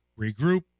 regroup